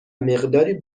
مقداری